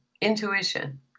intuition